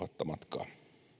matkalla